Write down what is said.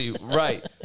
right